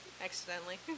Accidentally